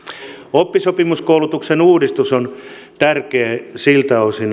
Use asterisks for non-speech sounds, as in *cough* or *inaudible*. oppisopimiskoulutuksen uudistus on tärkeä siltä osin *unintelligible*